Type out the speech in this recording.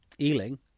Ealing